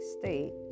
state